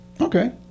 Okay